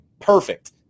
Perfect